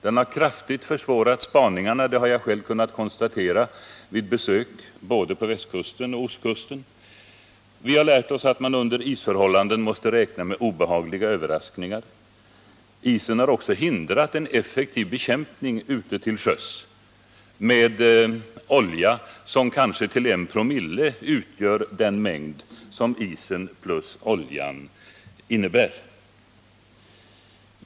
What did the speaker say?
Den har kraftigt försvårat spaningarna, det har jag själv kunnat konstatera vid besök både på västkusten och ostkusten. Vi har lärt oss att man under isförhållanden måste räkna med obehagliga överraskningar. Isen har också hindrat en effektiv bekämpning ute till sjöss av olja som kanske uppgår till en promille av isens totala massa.